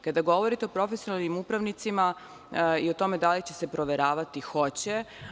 Kada govorite o profesionalnim upravnicima, i o tome da li će se proveravati, hoće.